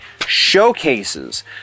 showcases